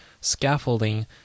scaffolding